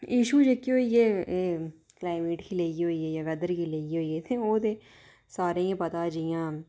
एह् इशू जेह्की होई ऐ एह् कलाईमेट गी लेइयै होई ऐ जां वैदर गी लेइयै होई ऐ ओह् ते सारें गी पता ऐ जि'यां